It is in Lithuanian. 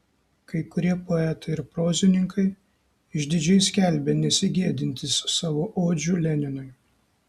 kai kurie poetai ir prozininkai išdidžiai skelbė nesigėdintys savo odžių leninui